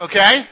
okay